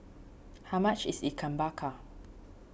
how much is Ikan Bakar